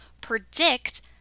predict